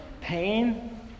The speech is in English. pain